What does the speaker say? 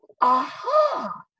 Aha